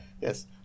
Yes